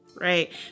right